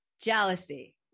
jealousy